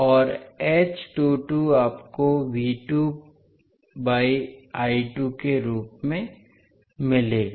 और आपको पर के रूप में मिलेगा